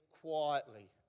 quietly